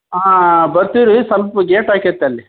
ಹಾಂ ಹಾಂ ಬರ್ತೀವಿ ರೀ ಸಲ್ಪ ಗೇಟ್ ಹಾಕೈತೆ ಅಲ್ಲಿ